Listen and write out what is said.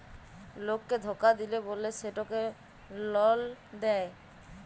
লককে ধকা দিল্যে বল্যে সেটকে লল দেঁয়